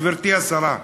גברתי השרה,